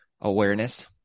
awareness